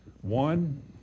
One